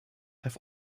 have